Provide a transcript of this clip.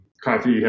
coffee